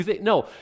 No